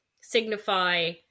signify